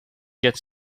get